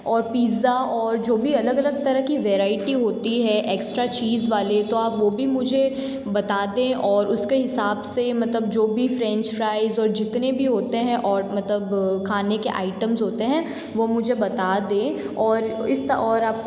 और पिज़्ज़ा और जो भी अलग अलग तरह की वैराइटी होती है एक्स्ट्रा चीज़ वाले तो आप वो भी मुझे बता दें और उसके हिसाब से मतलब जो भी फ़्रेंच फ़्राइज़ और जितने भी होते हैं और मतलब खाने के आइटम्स होते हैं वो मुझे बता दें और और आपको